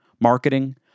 marketing